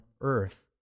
earth